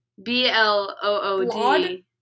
B-L-O-O-D